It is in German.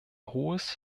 hohes